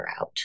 out